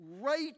right